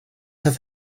have